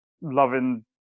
loving